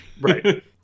Right